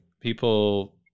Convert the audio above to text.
people